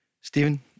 Stephen